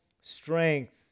strength